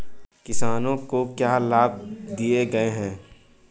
किसानों को क्या लाभ दिए गए हैं?